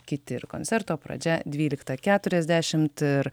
kiti ir koncerto pradžia dvyliktą keturiasdešimt ir